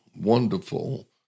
wonderful